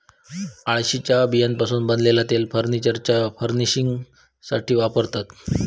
अळशीच्या बियांपासना बनलेला तेल फर्नीचरच्या फर्निशिंगसाथी वापरतत